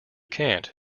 can’t